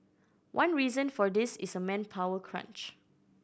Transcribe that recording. one reason for this is a manpower crunch